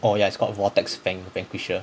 orh ya it's called vortex van~ vanquisher